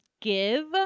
give